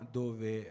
dove